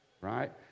right